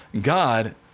God